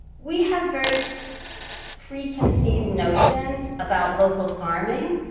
we have very preconceived notions about local farming.